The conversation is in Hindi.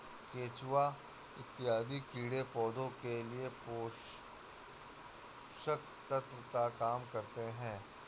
केचुआ इत्यादि कीड़े पौधे के लिए पोषक तत्व का काम करते हैं